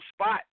spot